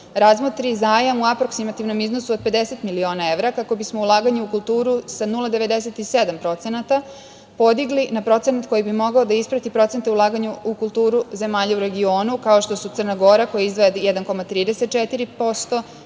razmotri zajam u aproksimotivnom iznosu od 50 miliona evra, kako bismo ulaganja u kulturu sa 0,97% podigli na procenat koji bi mogao da isprati procente ulaganja u kulturu zemalja u regionu, kao što su Crna Gora koja izdvaja 1,34%,